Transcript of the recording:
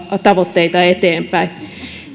tavoitteita eteenpäin